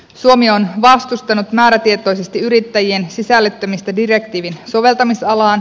suomi on vastustanut määrätietoisesti yrittäjien sisällyttämistä direktiivin soveltamisalaan